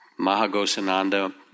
Mahagosananda